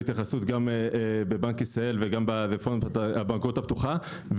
התייחסות בבנק ישראל וברפורמת הבנקאות הפתוחה.